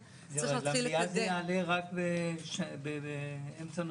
כדי לפלח ולתת ולהתאים את הצרכים לאנשים.